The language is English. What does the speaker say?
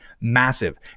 massive